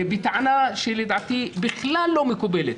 בטענה שלדעתי בכלל לא מקובלת,